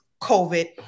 COVID